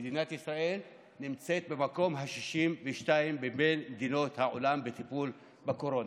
מדינת ישראל נמצאת במקום ה-62 מבין מדינות העולם בטיפול בקורונה.